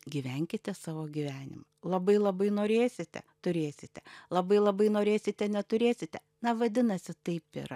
gyvenkite savo gyvenimą labai labai norėsite turėsite labai labai norėsite neturėsite na vadinasi taip yra